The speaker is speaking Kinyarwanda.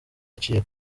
baciye